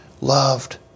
loved